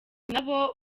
nabo